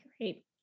Great